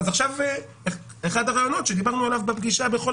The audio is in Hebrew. אחד הרעיונות עליו דיברנו בפגישה בחול